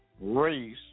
race